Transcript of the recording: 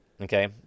Okay